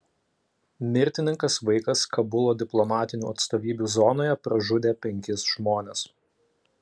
mirtininkas vaikas kabulo diplomatinių atstovybių zonoje pražudė penkis žmones